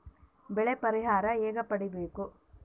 ಬೆಳೆ ಪರಿಹಾರ ಹೇಗೆ ಪಡಿಬೇಕು?